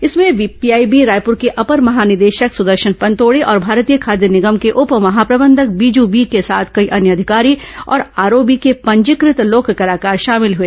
इसमें पीआईबी रायपुर के अपर महानिदेशक सुदर्शन पनर्तोड़े और भारतीय खाद्य निगम के उप महाप्रबंधक बीजू बी के साथ कई अन्य अधिकारी और आरओबी के पंजीकृत लोक कलाकार शामिल हुए